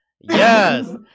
Yes